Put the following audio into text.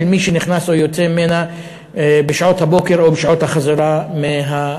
של מי שנכנס או יוצא ממנה בשעות הבוקר או בשעות החזרה מהעבודה.